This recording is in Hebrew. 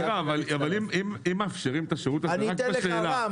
רם, אני אתן לך להתייחס,